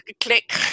click